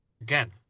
again